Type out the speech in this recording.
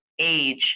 age